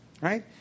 right